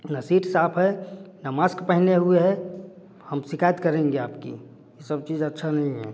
ना सीट साफ़ है ना मास्क पहने हुए है हम शिकायत करेंगे आपकी यह सब चीज़ अच्छा नहीं है